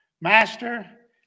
Master